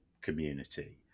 community